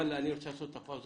אני רוצה לעשות את הפאוזה